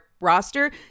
roster